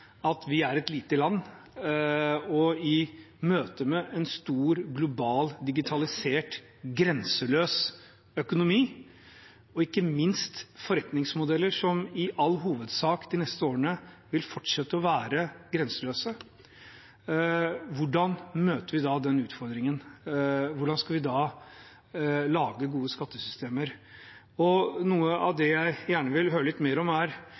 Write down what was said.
at vi er et lite land. Og i møte med en stor global, digitalisert, grenseløs økonomi, og ikke minst forretningsmodeller som i all hovedsak de neste årene vil fortsette å være grenseløse, hvordan møter vi da den utfordringen, hvordan skal vi da lage gode skattesystemer?